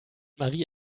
marie